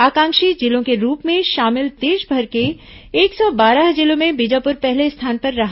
आकांक्षी जिलों के रूप में शामिल देशभर के एक सौ बारह जिलों में बीजापुर पहले स्थान पर रहा